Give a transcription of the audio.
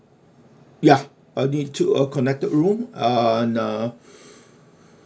ya I'll need two uh connected room and uh